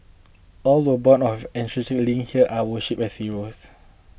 all were born or have ancestral links here are worshipped as heroes